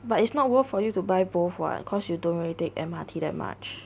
but it's not worth for you to buy both [what] cause you don't really take M_R_T that much